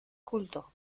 culto